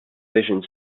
visions